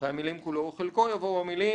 אחרי המילים "כולו או חלקו" יבואו המילים: